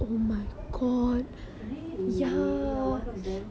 really you are one of them who finds clowns creepy